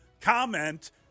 comment